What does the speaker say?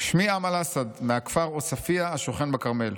"שמי אמל אסעד, מהכפר עוספיא השוכן בכרמל.